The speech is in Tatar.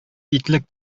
итлек